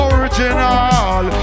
Original